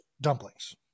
dumplings